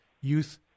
youth